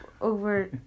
over